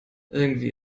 irgendwie